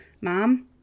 Mom